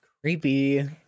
creepy